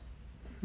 !huh!